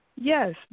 Yes